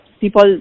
People